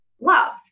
love